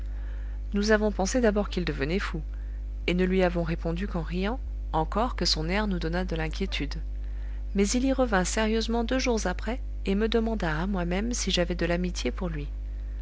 nous avons pensé d'abord qu'il devenait fou et ne lui avons répondu qu'en riant encore que son air nous donnât de l'inquiétude mais il y revint sérieusement deux jours après et me demanda à moi-même si j'avais de l'amitié pour lui